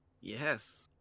Yes